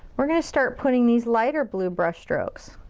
we're gonna start putting these lighter blue brush strokes.